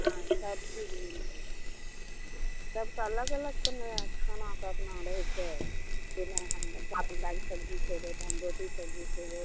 हँ सब चीज मिल जेतै सबके अलग अलगके ने खानाके अपन रहै छै जे नहि हम चावल दालि सब्जी खेबै तऽ हम रोटी सब्जी खेबै